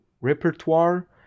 repertoire